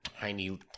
tiny